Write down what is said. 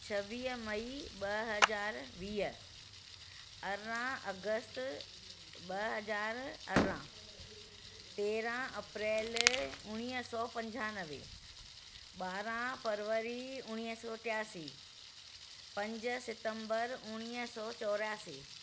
छवीह मई ॿ हज़ार वीह अरिड़ह अगस्त ॿ हज़ीर अरिड़ह तेरहं अप्रेल उणिवीह सौ पंजानवे ॿारहं फरवरी उणिवीह सौ टियासी पंज सितंबर उणिवीह सौ चोरियासी